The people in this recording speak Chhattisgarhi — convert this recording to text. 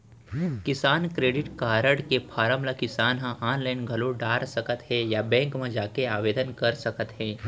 किसान क्रेडिट कारड के फारम ल किसान ह आनलाइन घलौ डार सकत हें या बेंक म जाके आवेदन कर सकत हे